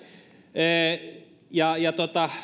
ja ja